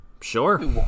Sure